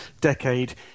decade